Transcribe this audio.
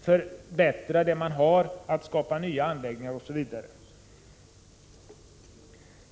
förbättring av vad man har och för uppförande av nya anläggningar, osv.